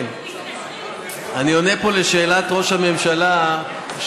אני עונה פה לשאלת ראש הממשלה,